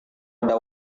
ada